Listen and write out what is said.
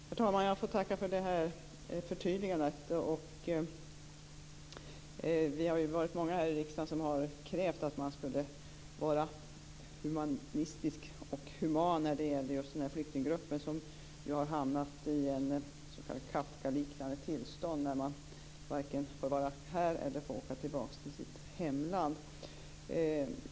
Herr talman! Jag får tacka för det här förtydligandet. Vi är många här i riksdagen som har krävt att man skulle vara human när det gäller den här gruppen flyktingar, som ju har hamnat i ett slags Kafkaliknande tillstånd då de varken får vara här eller får åka tillbaka till sitt hemland.